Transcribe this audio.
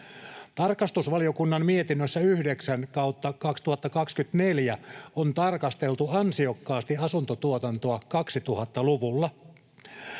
Tarkastusvaliokunnan mietinnössä 9/2024 on tarkasteltu ansiokkaasti asuntotuotantoa 2000-luvulla.